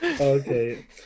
Okay